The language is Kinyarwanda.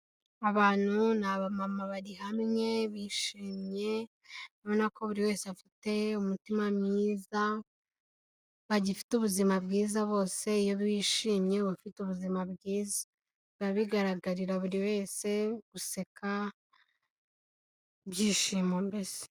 Abantu ni abamama barihamwe bishimye ubona ko buri wese afite umutima mwiza, bagifite ubuzima bwiza bose iyo bishimye aba ufite ubuzima bwiza biba bigaragarira buri wese guseka ibyishimo mbese.